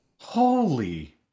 holy